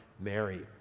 Mary